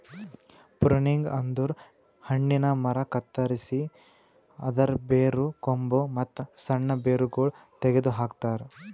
pruning ಅಂದುರ್ ಹಣ್ಣಿನ ಮರ ಕತ್ತರಸಿ ಅದರ್ ಬೇರು, ಕೊಂಬು, ಮತ್ತ್ ಸಣ್ಣ ಬೇರಗೊಳ್ ತೆಗೆದ ಹಾಕ್ತಾರ್